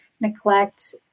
neglect